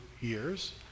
years